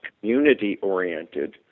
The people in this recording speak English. community-oriented